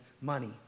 money